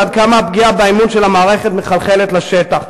ועד כמה הפגיעה באמון של המערכת מחלחלת לשטח.